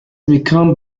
become